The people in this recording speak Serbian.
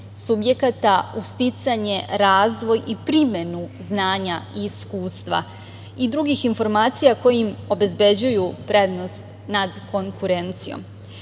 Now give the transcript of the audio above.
subjekata uz sticanje, razvoj i primenu znanja i iskustva i drugih informacija kojim obezbeđuju prednost nad konkurencijom. Takođe,